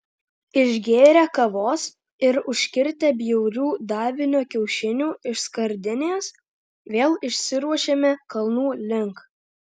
išgėrę kavos ir užkirtę bjaurių davinio kiaušinių iš skardinės vėl išsiruošėme kalnų link